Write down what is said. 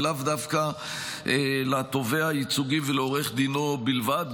ולאו דווקא לתובע הייצוגי ולעורך דינו בלבד.